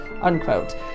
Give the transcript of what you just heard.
unquote